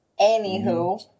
anywho